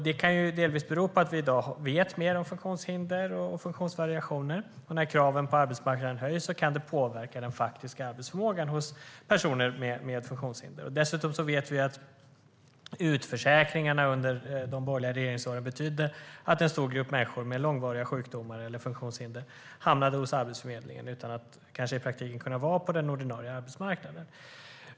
Det kan delvis bero på att vi i dag vet mer om funktionshinder och funktionsvariationer och att det när kraven på arbetsmarknaden höjs kan påverka den faktiska arbetsförmågan hos personer med funktionshinder. Dessutom vet vi att utförsäkringarna under de borgerliga regeringsåren betydde att en stor grupp människor med funktionshinder eller långvariga sjukdomar hamnade hos Arbetsförmedlingen utan att i praktiken kunna vara på den ordinarie arbetsmarknaden.